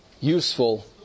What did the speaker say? useful